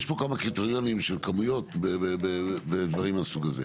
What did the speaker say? יש פה כמה קריטריונים של כמויות ודברים מהסוג הזה.